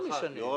זה מאוד משנה.